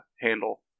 handle